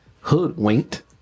hoodwinked